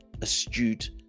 astute